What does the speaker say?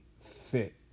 fit